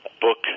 book